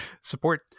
Support